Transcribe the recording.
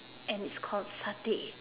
and it's called stay